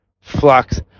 flux